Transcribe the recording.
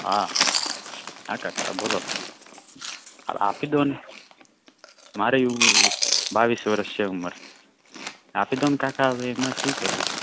હા હા કાકા બોલો આપી દો ને મારે બાવીસ વર્ષ છે ઉંમર આપી દો ને કાકા હવે એમાં શું કરો છો